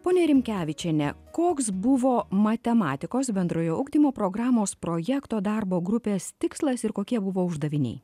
ponia rimkevičiene koks buvo matematikos bendrojo ugdymo programos projekto darbo grupės tikslas ir kokie buvo uždaviniai